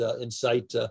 incite